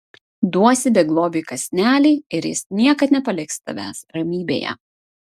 duosi beglobiui kąsnelį ir jis niekad nepaliks tavęs ramybėje